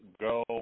go